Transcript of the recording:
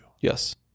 Yes